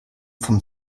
vom